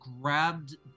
grabbed